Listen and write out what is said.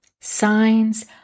signs